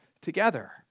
together